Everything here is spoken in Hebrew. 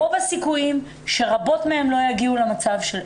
רוב הסיכויים שרבות מהן לא יגיעו למצב הזה.